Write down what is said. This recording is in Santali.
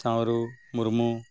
ᱥᱟᱶᱨᱩ ᱢᱩᱨᱢᱩ